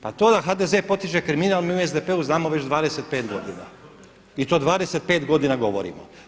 Pa to da HDZ potiče kriminal mi u SDP-u znamo već 25 godina i to 25 godina govorimo.